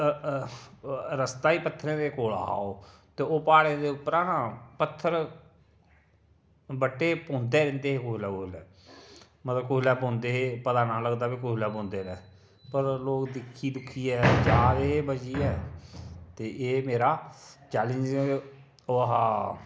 रस्ता ई पत्थरें दे कोल हा ओह् ते ओह् प्हाड़ें दे उप्परा ना पत्थर बट्टे पौंदे जंदे हे कोलै कोलै ते मतलब कुसलै पौंदे हे पता निं हा लगदा कुसलै पौंदे न पर लोग दिक्खी दुक्खियै जा दे हे बचियै ते एह् मेरा चैलेंज़ ओह् हा